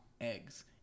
eggs